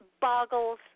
boggles